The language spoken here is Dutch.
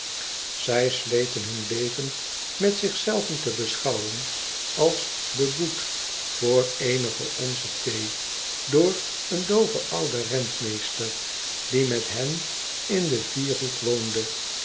zy sleten hun leven met zich zelven te beschouwen als beboet voor eenige onsen thee door een dooven ouden rentmeester die met hen in den vierhoek woonde